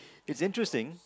it's interesting